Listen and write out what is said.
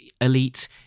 Elite